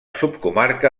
subcomarca